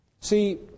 See